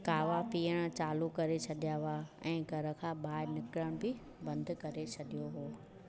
कावा पीअण चालू करे छॾिया हुआ ऐं घर खां ॿाहिरि निकिरण बि बंदि करे छॾियो हो